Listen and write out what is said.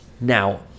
Now